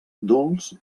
dolç